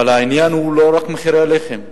אבל העניין הוא לא רק מחירי לחם.